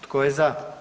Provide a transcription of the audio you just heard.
Tko je za?